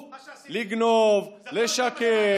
מה שקרוי